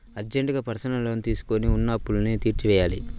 అర్జెంటుగా personal loan తీసుకొని ఉన్న అప్పులన్నీ తీర్చేయ్యాలి